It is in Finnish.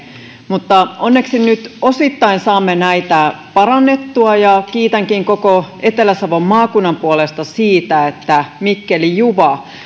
mutta onneksi nyt osittain saamme näitä parannettua kiitänkin koko etelä savon maakunnan puolesta siitä että mikkeli juva